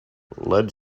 lead